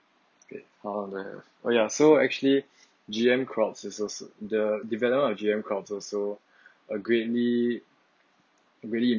okay far left or ya so actually gm crops is also the development of gm crops also uh greatly greatly